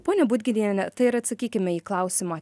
ponia budginiene tai ir atsakykime į klausimą